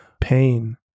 pain